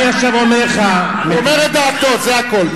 אני עכשיו אומר לך, הוא אומר את דעתו, זה הכול.